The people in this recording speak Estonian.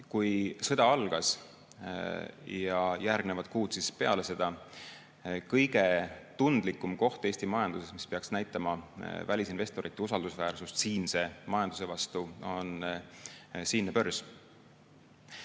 sõja algust, järgnevaid kuid peale seda. Kõige tundlikum koht Eesti majanduses, mis peaks näitama välisinvestorite usaldusväärsust siinse majanduse vastu, on siinne börs.